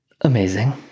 Amazing